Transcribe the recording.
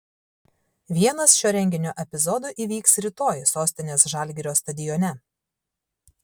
vienas šio renginio epizodų įvyks rytoj sostinės žalgirio stadione